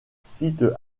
sites